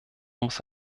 muss